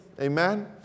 Amen